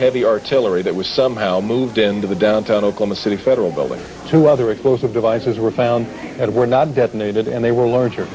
heavy artillery that was somehow moved into the downtown oklahoma city federal building to other explosive devices were found that were not detonated and they were larger